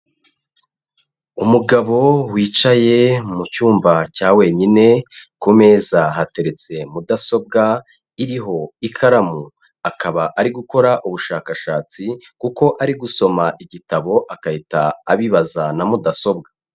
Umugabo wicaye mu cyumba cya wenyine, ku meza hateretse mudasobwa iriho ikaramu, akaba ari gukora ubushakashatsi kuko ari gusoma igitabo, agahita abibaza na mudasobwa.